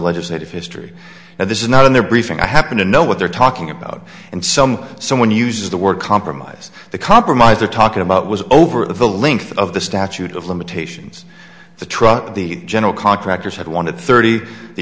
legislative history and this is not in their briefing i happen to know what they're talking about and some someone uses the word compromise the compromise they're talking about was over the length of the statute of limitations the truck the general contractors had wanted thirty the